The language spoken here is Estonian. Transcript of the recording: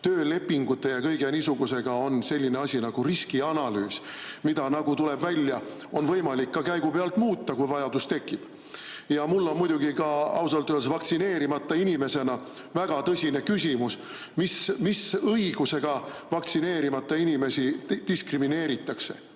töölepingute ja kõige niisugusega on selline asi nagu riskianalüüs, mida, nagu tuleb välja, on võimalik ka käigu pealt muuta, kui vajadus tekib. Ja mul on ka ausalt öeldes vaktsineerimata inimesena väga tõsine küsimus, mis õigusega vaktsineerimata inimesi diskrimineeritakse.